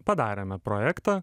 padarėme projektą